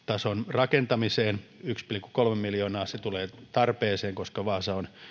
rakentamiseen tuleva yksi pilkku kolme miljoonaa tulee tarpeeseen koska vaasa on